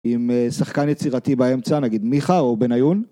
עם שחקן יצירתי באמצע, נגיד מיכא או בן איון